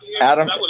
Adam